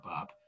up